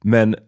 Men